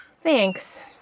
Thanks